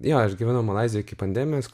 jo aš gyvenau malaizijoj iki pandemijos